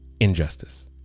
injustice